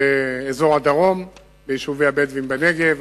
באזור הדרום, ליישובי הבדואים בנגב.